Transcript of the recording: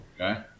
Okay